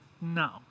No